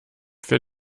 für